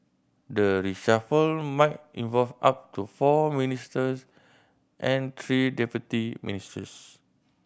the reshuffle might involve up to four ministers and three deputy ministers